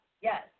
Yes